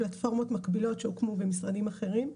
פלטפורמות מקבילות שהוקמו במשרדים אחרים.